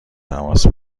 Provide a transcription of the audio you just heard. تماس